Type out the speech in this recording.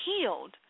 healed